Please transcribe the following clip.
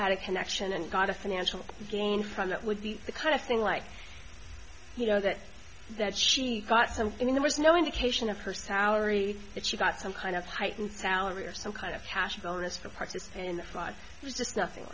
had a connection and got a financial gain from that would be the kind of thing like you know that that she got some in there was no indication of her salary that she got some kind of heightened salary or some kind of cash bonus for parties in the flood there's just nothing